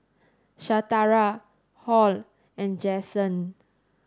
Shatara Hall and Jaxson